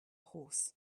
horse